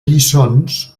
lliçons